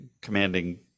commanding